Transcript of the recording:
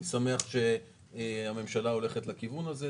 אני שמח שהממשלה הולכת לכיוון הזה.